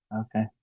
Okay